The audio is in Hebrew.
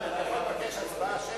אני יכול לבקש הצבעה שמית?